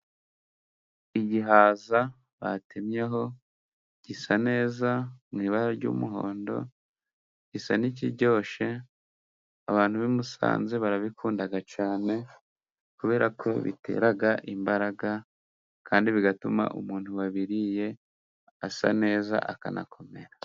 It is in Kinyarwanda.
Igihaza batemyeho gisa neza mu ibara ry'umuhondo, gisa n'ikiryoshe. Abantu b'i Musanze barabikunda cyane, kubera ko bitera imbaraga, kandi bigatuma umuntu wabiriye asa neza akanakomera.